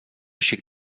xic